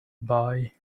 boy